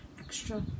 extra